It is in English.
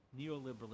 neoliberalism